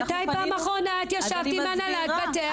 מתי פעם אחרונה ישבת עם הנהלת בתי המשפט?